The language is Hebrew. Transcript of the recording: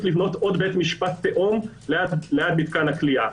לבנות בית משפט תאום ליד מתקן הכליאה.